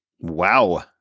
Wow